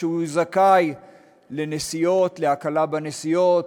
שהוא זכאי להקלה בנסיעות,